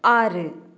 ஆறு